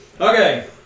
okay